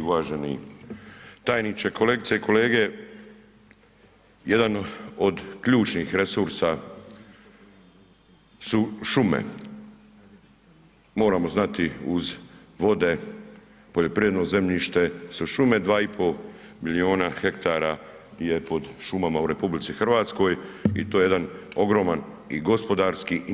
Uvaženi tajniče, kolegice i kolege, jedan od ključnih resursa su šume. moramo znati uz vode, poljoprivredno zemljište su šume, 2,5 milijuna ha je pod šumama u RH i to je jedan ogroman i gospodarski i